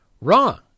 Wrong